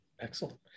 excellent